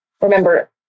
remember